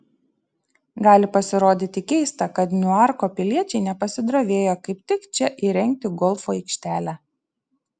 gali pasirodyti keista kad niuarko piliečiai nepasidrovėjo kaip tik čia įrengti golfo aikštelę